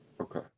Okay